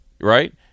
right